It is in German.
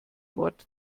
wort